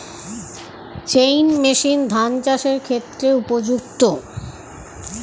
Chain machine ধান চাষের ক্ষেত্রে উপযুক্ত?